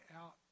out